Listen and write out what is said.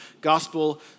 gospel